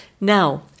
Now